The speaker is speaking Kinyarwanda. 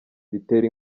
bitera